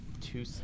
Two